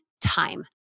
time